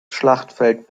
schlachtfeld